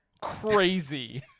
crazy